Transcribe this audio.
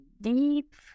deep